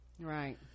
Right